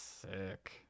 Sick